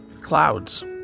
clouds